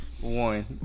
one